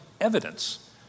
evidence